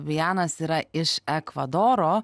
fabianas yra iš ekvadoro